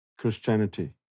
Christianity